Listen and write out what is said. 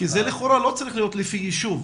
כי זה לכאורה לא צריך להיות לפי ישוב,